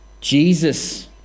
Jesus